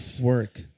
work